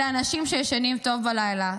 אלה אנשים שישנים טוב בלילה.